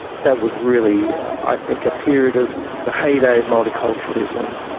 that was really i think a period of the heyday of multiculturalism,